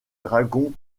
dragons